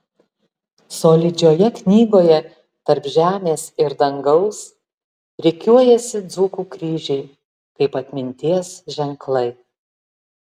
solidžioje knygoje tarp žemės ir dangaus rikiuojasi dzūkų kryžiai kaip atminties ženklai